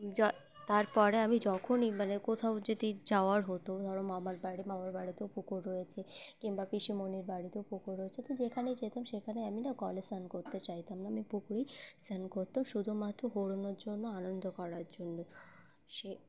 দ তারপরে আমি যখনই মানে কোথাও যদি যাওয়ার হতো ধরো মামার বাড়ি মামার বাড়িতেও পুকুর রয়েছে কিংবা পিসিমণির বাড়িতেও পুকুর রয়েছে তো যেখানেই যেতাম সেখানে আমি না কলে স্নান করতে চাইতাম না আমি পুকুরেই স্নান করতাম শুধুমাত্র জন্য আনন্দ করার জন্য সে